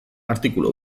artikulu